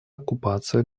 оккупация